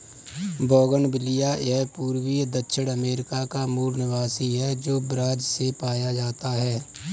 bougainvillea यह पूर्वी दक्षिण अमेरिका का मूल निवासी है, जो ब्राज़ से पाया जाता है